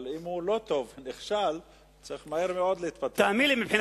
אבל אם לא טוב, נכשל, צריך מהר מאוד להתפטר ממנו.